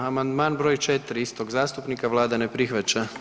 Amandman br. 4 istog zastupnika, Vlada ne prihvaća.